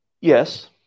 Yes